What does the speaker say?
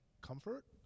comfort